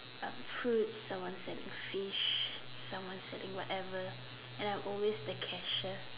fruits or someone's selling fish or selling whatever and I'm always the cashier